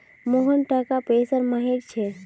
मोहन टाका पैसार माहिर छिके